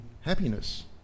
happiness